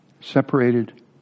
separated